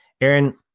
Aaron